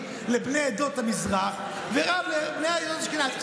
לבני עדות המזרח ורב לבני עדות אשכנז.